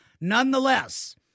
Nonetheless